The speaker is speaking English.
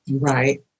Right